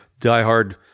diehard